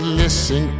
listen